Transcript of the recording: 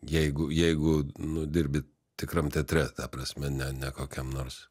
jeigu jeigu nudirbi tikram teatre ta prasme ne ne kokiam nors